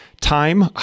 time